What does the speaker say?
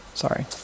sorry